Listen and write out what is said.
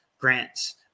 grants